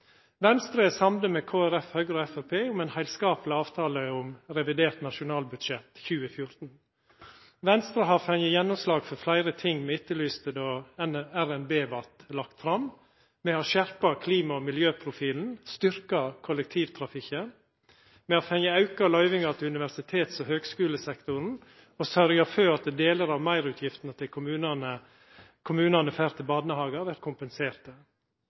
Venstre er samd med Kristeleg Folkeparti, Høgre og Framstegspartiet om ein heilskapleg avtale om revidert nasjonalbudsjett for 2014. Venstre har fått gjennomslag for fleire ting me etterlyste då RNB vart lagt fram: Me har skjerpa klima- og miljøprofilen og styrkt kollektivtrafikken. Me har fått auka løyvingar til universitets- og høgskulesektoren og sørgt for at delar av meirutgiftene kommunane får til barnehagar, vert kompenserte.